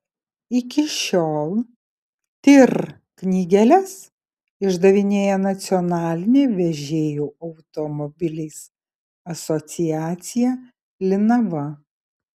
iki šiol tir knygeles išdavinėja nacionalinė vežėjų automobiliais asociacija linava